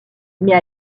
mais